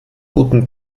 guten